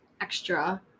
extra